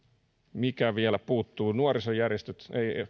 mikä vielä puuttuu nuorisojärjestöistä